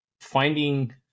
finding